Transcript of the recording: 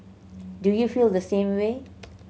do you feel the same way